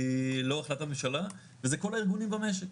לא החלטת ממשלה וזה כל הארגונים במשק,